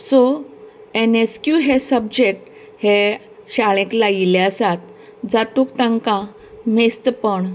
so NSQ हे subject हे शाळेंत लायिल्ले आसात जातूंत तांकां मेस्तपण